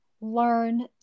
learn